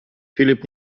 filip